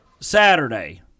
Saturday